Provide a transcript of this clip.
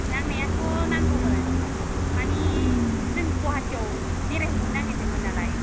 नांनायाथ' नांगौमोन मानि जों गुवाटियाव बेरायहैनो नागेरदोंमोन नालाय